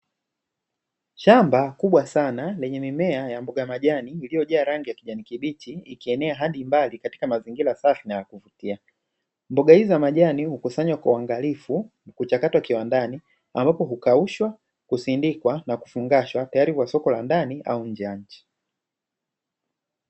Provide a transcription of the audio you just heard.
Shamba kubwa sana lenye mimea ya mboga majani iliyojaa rangi ya kijani kibichi ikienea hadi mbali katika mazingira safi naya kuvutia, mboga hizi za majani hukusanywa kwa uangalifu, kuchakatwa kiwandani ambapo hukaushwa, kusindikwa na kufungushwa tayari kwa soko la ndani au nje ya nchi.